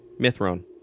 Mithron